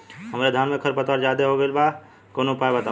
हमरे धान में खर पतवार ज्यादे हो गइल बा कवनो उपाय बतावा?